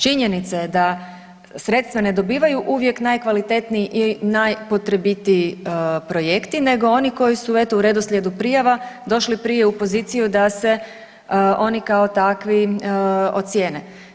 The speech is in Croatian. Činjenica je da sredstva ne dobivaju uvijek najkvalitetniji i najpotrebitiji projekti nego oni koji su eto u redoslijedu prijava došli prije u poziciju da se oni kao takvi ocijene.